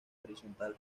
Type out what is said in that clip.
horizontal